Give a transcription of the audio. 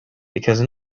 because